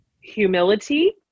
humility